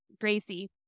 Gracie